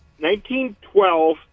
1912